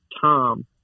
Tom